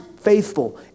faithful